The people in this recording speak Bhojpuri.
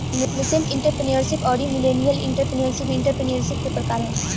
नेसेंट एंटरप्रेन्योरशिप अउरी मिलेनियल एंटरप्रेन्योरशिप भी एंटरप्रेन्योरशिप के ही प्रकार ह